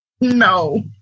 no